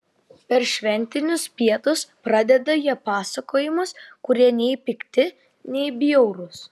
per šventinius pietus pradeda jie pasakojimus kurie nei pikti nei bjaurūs